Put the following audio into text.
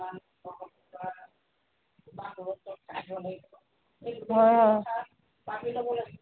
অ